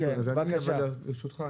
ברשותך,